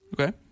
Okay